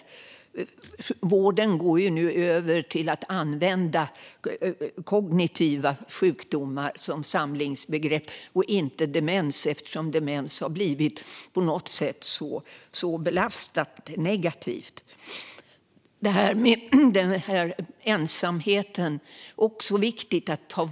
Vården går nu över till att använda "kognitiva sjukdomar" som samlingsbegrepp och inte demens, eftersom demens har blivit på något sätt så negativt belastat. Detta med ensamheten är också viktigt att ta upp.